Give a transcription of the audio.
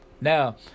Now